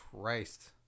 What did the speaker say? Christ